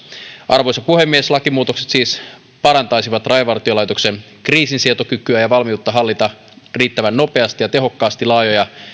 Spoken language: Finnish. arvoisa puhemies lakimuutokset siis parantaisivat rajavartiolaitoksen kriisinsietokykyä ja valmiutta hallita riittävän nopeasti ja tehokkaasti laajoja